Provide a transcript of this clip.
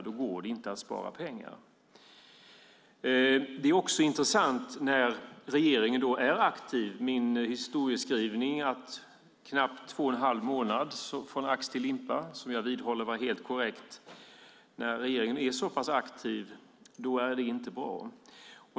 Då går det inte att spara pengar. Jag vidhåller att min historiebeskrivning om att det tog knappt två och en halv månad från ax till limpa var helt korrekt. När regeringen är så aktiv är det inte bra.